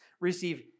receive